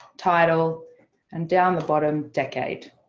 title and down the bottom decade.